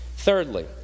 Thirdly